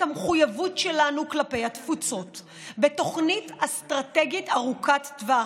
המחויבות שלנו כלפי התפוצות בתוכנית אסטרטגית ארוכת טווח,